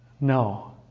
No